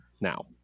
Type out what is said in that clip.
now